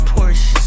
Porsche